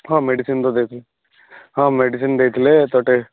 ହଁ ମେଡ଼ିସିନ୍ ତ ଦେଇଥିଲେ ହଁ ମେଡ଼ିସିନ୍ ଦେଇଥିଲେ ଥରୁଟେ